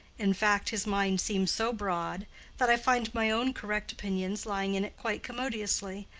in fact, his mind seems so broad that i find my own correct opinions lying in it quite commodiously,